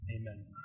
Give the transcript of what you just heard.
Amen